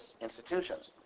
institutions